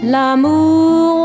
L'amour